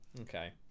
Okay